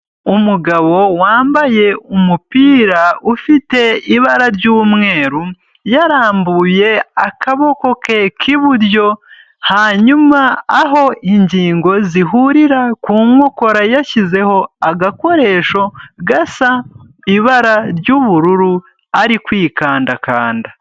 Umugabo wambaye umupira ufite ibara ry'umweru, yarambuye akaboko ke k'iburyo hanyuma aho ingingo zihurira ku nkokora yashyizeho agakoresho gasa ibara ry'ubururu ari kwikandakanda.